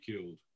killed